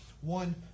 One